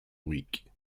week